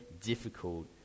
difficult